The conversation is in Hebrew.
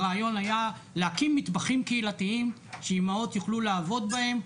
הרעיון היה להקים מטבחים קהילתיים שאימהות יוכלו לעבוד בהם,